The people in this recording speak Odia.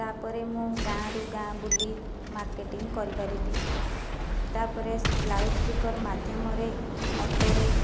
ତାପରେ ମୁଁ ଗାଁରୁ ଗାଁ ବୁଲି ମାର୍କେଟିଂ କରିପାରିବି ତାପରେ ଲାଉଡ଼ସ୍ପିକର୍ ମାଧ୍ୟମରେ ଅଟୋରେ